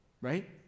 right